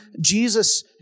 Jesus